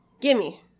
Gimme